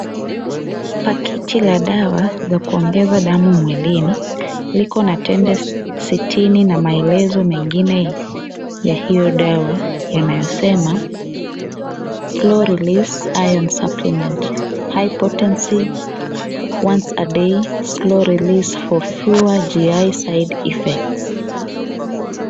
Pakiti la dawa la kuongeza damu mwilini, liko na tembe sitini na maelezo mengine ya hio dawa yanayosema Slow release iron supplement, high potency, ocean a day, slow release for fewer GI side effects .